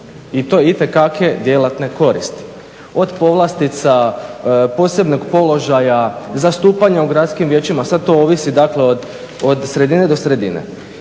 i to itekakve djelatne koristi od povlastica, posebnog položaja, zastupanja u gradskim vijećima, sada to ovisi od sredine do sredine.